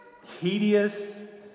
tedious